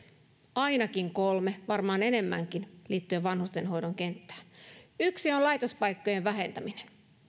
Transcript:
ainakin kolme varmaan enemmänkin liittyen vanhustenhoidon kenttään yksi on laitospaikkojen vähentäminen